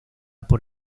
por